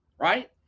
right